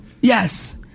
Yes